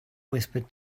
whispered